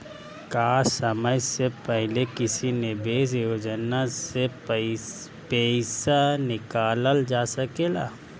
का समय से पहले किसी निवेश योजना से र्पइसा निकालल जा सकेला?